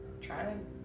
trying